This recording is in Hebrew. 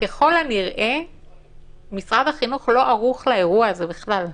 ככל הנראה משרד החינוך אינו ערוך לאירוע הזה בכלל.